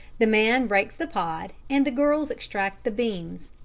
the man breaks the pod and the girls extract the beans.